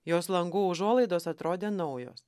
jos langų užuolaidos atrodė naujos